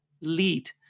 lead